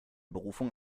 berufung